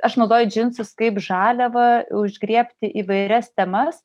aš naudoju džinsus kaip žaliavą užgriebti įvairias temas